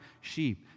sheep